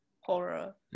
horror